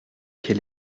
quel